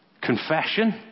Confession